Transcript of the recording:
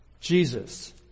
Jesus